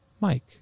Mike